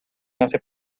nace